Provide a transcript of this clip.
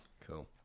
Cool